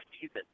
season